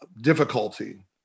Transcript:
Difficulty